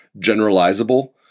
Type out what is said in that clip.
generalizable